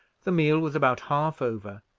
the meal was about half over,